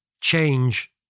change